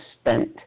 spent